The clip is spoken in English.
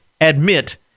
admit